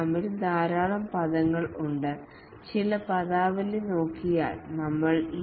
സ്ക്രാമിൽ ധാരാളം പദങ്ങൾ ഉണ്ട് ചില പദാവലി നമ്മൾ കണ്ടു